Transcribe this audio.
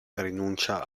rinuncia